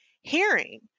hearing